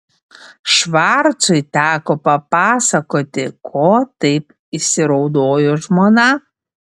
švarcui teko papasakoti ko taip įsiraudojo žmona